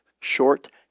short